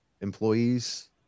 employees